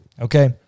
Okay